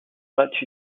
rate